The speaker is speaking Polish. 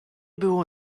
było